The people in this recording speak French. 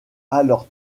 alors